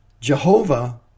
Jehovah